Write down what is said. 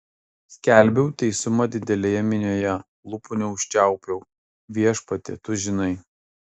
skelbiau teisumą didelėje minioje lūpų neužčiaupiau viešpatie tu žinai